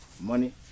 money